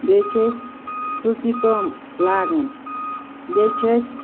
بیٚیہِ چھِ أسۍ سٕژنہِ کٲم لاگَان بیٚیہِ چھِ أسۍ